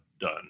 done